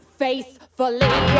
faithfully